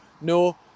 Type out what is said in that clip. No